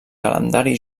calendari